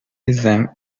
عزیزم